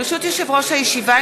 ברשות יושב-ראש הישיבה,